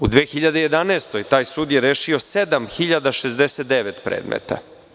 U 2011. godini taj sud je rešio 7.069 predmeta.